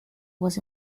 was